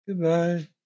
Goodbye